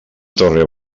torre